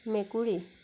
মেকুৰী